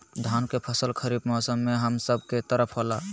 धान के फसल खरीफ मौसम में हम सब के तरफ होला